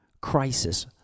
Crisis